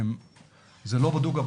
זה לא בדוק,